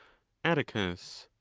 atticus.